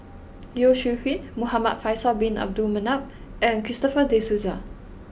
Yeo Shih Yun Muhamad Faisal bin Abdul Manap and Christopher De Souza